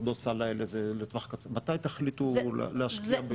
מתי תחליטו להשקיע?